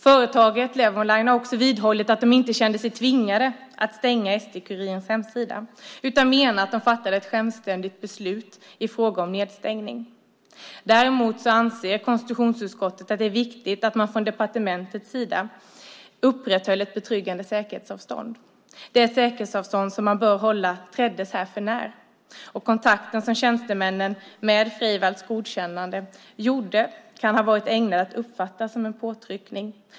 Företaget Levonline har också vidhållit att de inte kände sig tvingade att stänga SD-Kurirens hemsida utan menar att de fattade ett självständigt beslut i fråga om nedstängning. Däremot anser konstitutionsutskottet att det är viktigt att man från departementets sida upprätthöll ett betryggande säkerhetsavstånd. Det säkerhetsavstånd som man bör hålla träddes här för när, och kontakten som tjänstemännen, med Freivalds godkännande, tog kan ha varit ägnad att uppfattas som en påtryckning.